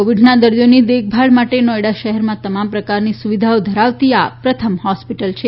કોવિડના દર્દીઓની દેખભાળ માટે નોઇડા શહેરમાં તમામ પ્રકારની સુવિધો ધરાવતી આ પ્રથમ હોસ્પિટલ છે